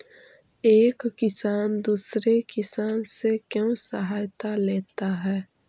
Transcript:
एक किसान दूसरे किसान से क्यों सहायता लेता है?